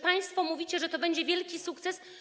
Państwo mówicie, że to będzie wielki sukces.